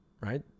right